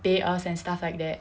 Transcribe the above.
pay us and stuff like that